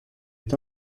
est